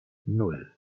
nan